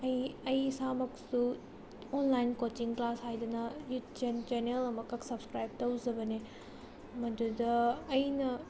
ꯑꯩ ꯑꯩ ꯏꯁꯥꯃꯛꯁꯨ ꯑꯣꯟꯂꯥꯏꯟ ꯀꯣꯆꯤꯡ ꯀ꯭ꯂꯥꯁ ꯍꯥꯏꯗꯅ ꯌꯨꯠ ꯆꯦꯅꯦꯜ ꯑꯃꯈꯛ ꯁꯕꯁꯀ꯭ꯔꯥꯏꯕ ꯇꯧꯖꯕꯅꯦ ꯃꯗꯨꯗ ꯑꯩꯅ